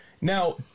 Now